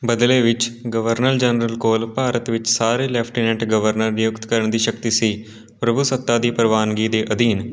ਬਦਲੇ ਵਿੱਚ governor general ਕੋਲ ਭਾਰਤ ਵਿੱਚ ਸਾਰੇ ਲੈਫਟੀਨੈਂਟ ਗਵਰਨਰ ਨਿਯੁਕਤ ਕਰਨ ਦੀ ਸ਼ਕਤੀ ਸੀ ਪ੍ਰਭੂਸੱਤਾ ਦੀ ਪ੍ਰਵਾਨਗੀ ਦੇ ਅਧੀਨ